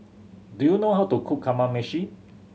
do you know how to cook Kamameshi